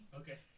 okay